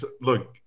look